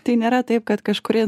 tai nėra taip kad kažkuri